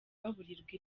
baburirwa